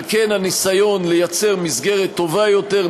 ועל כן הניסיון לייצר מסגרת טובה יותר,